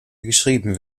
geschrieben